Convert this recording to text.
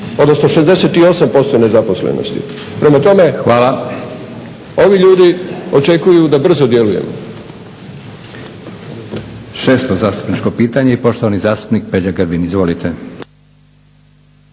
odnosno 68% nezaposlenosti. Prema tome ovi ljudi očekuju da brzo djelujemo.